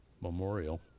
Memorial